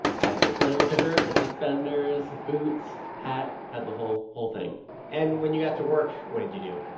i had the flannel shirt, the suspenders, boots, hat had the whole whole thing and when you got to work, what did you do?